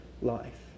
life